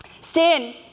Sin